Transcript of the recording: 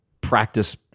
practice